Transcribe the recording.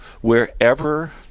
wherever